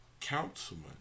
councilman